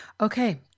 Okay